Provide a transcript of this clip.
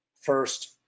First